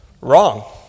Wrong